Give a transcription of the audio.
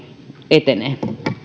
etenee